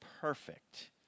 perfect